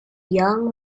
young